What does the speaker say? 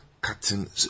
cutting